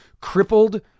crippled